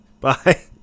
Bye